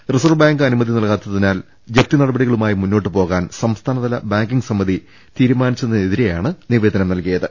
reserve bank അനുമതി നൽകാത്തിനാൽ ജപ്തി നടപടികളുമായി മുന്നോട്ട് പോകാൻ സംസ്ഥാനതല ബാങ്കിങ്ങ് സമിതി തീരുമാനിച്ചതിനെ തിരെയാണ് നിവേദനം നൽകിയത്